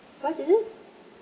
what is it